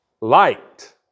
light